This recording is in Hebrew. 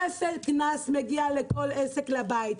כפל קנס מגיע לכל עסק לבית.